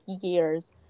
years